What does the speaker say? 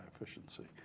efficiency